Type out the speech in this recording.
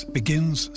begins